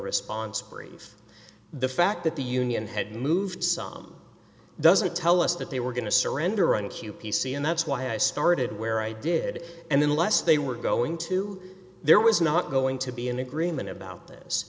response brief the fact that the union had moved some doesn't tell us that they were going to surrender on q p c and that's why i started where i did and then less they were going to there was not going to be an agreement about this